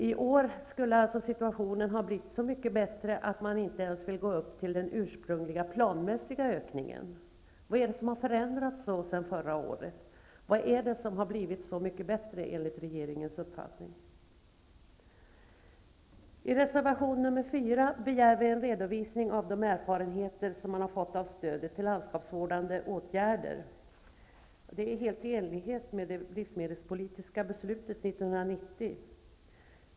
I år skulle alltså situationen ha blivit så mycket bättre att man inte ens vill nå upp till den ursprungliga planmässiga ökningen. Vad är det som förändrats så sedan förra året? Vad är det som enligt regeringens uppfattning har blivit så mycket bättre? I reservation 4 begär vi en redovisning av de erfarenheter som man fått av stödet till landskapsvårdande åtgärder. Detta är helt i enlighet med det livsmedelspolitiska beslutet 1990.